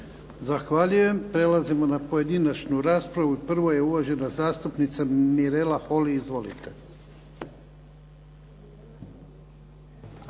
Zahvaljujem. Prelazimo na pojedinačnu raspravu. Prvo je uvažena zastupnica Mirela Holy. Izvolite.